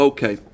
Okay